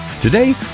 Today